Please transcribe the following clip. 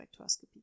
spectroscopy